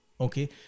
okay